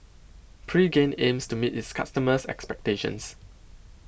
Pregain aims to meet its customers' expectations